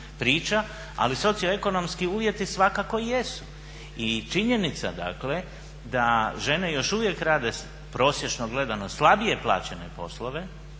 ali socio-ekonomski uvjeti svakako jesu. I činjenica da žene još uvijek rade prosječno gledano slabije plaćene poslove